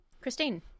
Christine